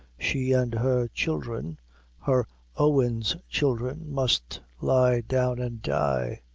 she and her children her owen's children must lie down and die!